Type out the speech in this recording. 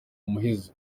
muhezo